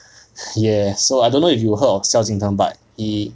ya so I don't know if you have heard of 萧敬腾 but he